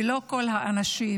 ולא כל האנשים,